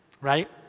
right